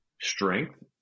strength